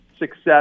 success